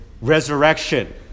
resurrection